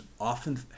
often